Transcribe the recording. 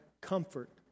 comfort